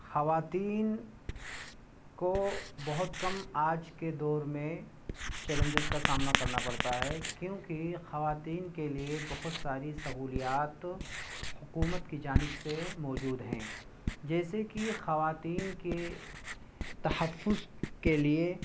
خواتین کو بہت کم آج کے دور میں چیلنجز کا سامنا کرنا پڑتا ہے کیونکہ خواتین کے لیے بہت ساری سہولیات حکومت کی جانب سے موجود ہیں جیسے کہ خواتین کے تحفظ کے لیے